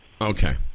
okay